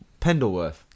Pendleworth